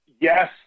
yes